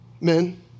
men